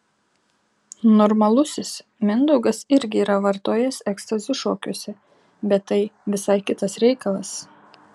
normalusis mindaugas irgi yra vartojęs ekstazį šokiuose bet tai visai kitas reikalas